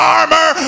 armor